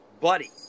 buddy